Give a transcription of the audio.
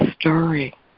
story